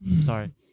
Sorry